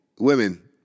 women